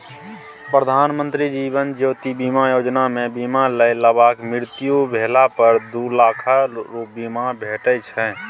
प्रधानमंत्री जीबन ज्योति बीमा योजना मे बीमा लय बलाक मृत्यु भेला पर दु लाखक बीमा भेटै छै